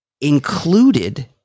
included